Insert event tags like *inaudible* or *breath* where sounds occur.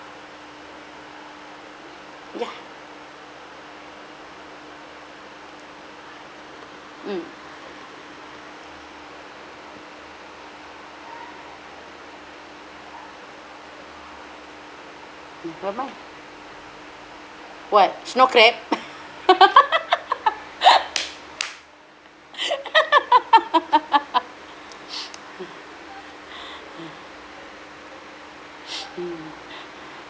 ya mm mm don't know what snow crab *laughs* *breath* *laughs* *breath* uh *breath* mm